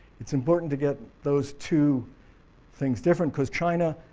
it's important to get those two things different because china